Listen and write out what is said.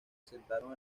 asentaron